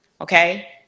Okay